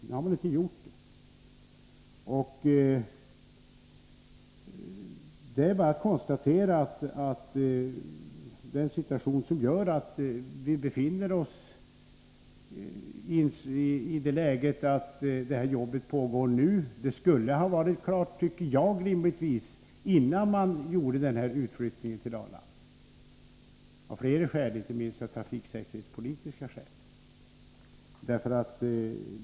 Det gjorde man emellertid inte, och det är bara att konstatera att det är detta som gör att vi nu befinner oss i det läget att det arbetet pågår nu. Enligt min uppfattning borde det här arbetet av flera skäl — inte minst trafikpolitiska — rimligtvis ha varit klart före utflyttningen till Arlanda.